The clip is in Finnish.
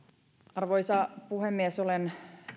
arvoisa puhemies olen